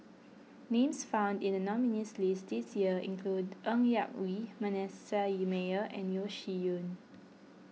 names found in the nominees' list this year include Ng Yak Whee Manasseh and Yeo Shih Yun